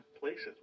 places